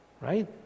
Right